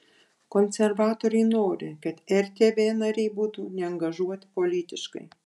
konservatoriai nori kad rtv nariai būtų neangažuoti politiškai